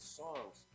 songs